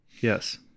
Yes